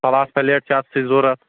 salad plate چھ اَتھ سۭتۍ ضروٗرت